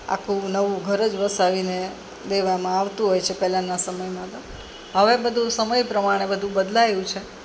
આખું નવું ઘર જ વસાવીને દેવામાં આવતું હોય છે પહેલાંના સમયમાં તો હવે બધું સમય પ્રમાણે બધું બદલાયું છે